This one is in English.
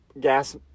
gas